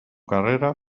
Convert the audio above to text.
carrera